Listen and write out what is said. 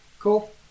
Cool